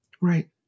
Right